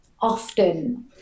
Often